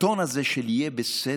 הטון הזה של "יהיה בסדר",